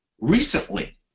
recently